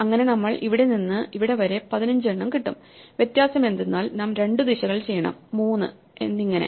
അങ്ങനെ നമ്മൾ ഇവിടെനിന്ന് ഇവിടെ വരെ 15 എണ്ണം കിട്ടും വ്യത്യാസം എന്തെന്നാൽ നാം രണ്ടു ദിശകൾ ചെയ്യണം 3 എന്നിങ്ങനെ